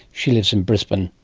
she lives in brisbane.